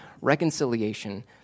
reconciliation